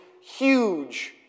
huge